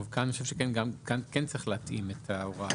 אני חושב שכאן כן צריך להתאים את ההוראה